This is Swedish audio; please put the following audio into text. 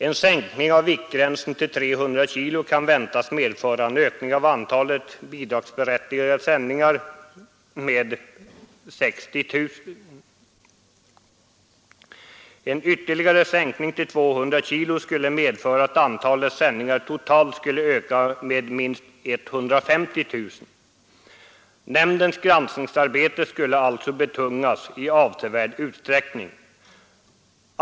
En sänkning av viktgränsen till 300 kg kan väntas medföra en ökning av antalet bidragsberättigade sändningar med 60 000. En ytterligare sänkning till 200 kg skulle medföra att antalet sändningar totalt skulle öka med minst 150 000. Nämndens granskningsarbete skulle alltså betungas i avsevärd utsträckning.